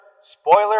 Spoiler